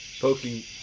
Poking